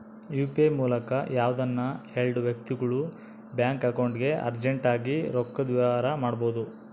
UPI ಮೂಲಕ ಯಾವ್ದನ ಎಲ್ಡು ವ್ಯಕ್ತಿಗುಳು ಬ್ಯಾಂಕ್ ಅಕೌಂಟ್ಗೆ ಅರ್ಜೆಂಟ್ ಆಗಿ ರೊಕ್ಕದ ವ್ಯವಹಾರ ಮಾಡ್ಬೋದು